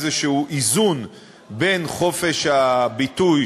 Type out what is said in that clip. איזון כלשהו בין חופש הביטוי,